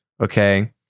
okay